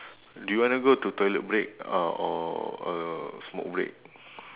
do you wanna go to toilet break uh or a smoke break